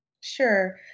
Sure